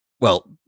Well-